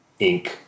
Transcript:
Inc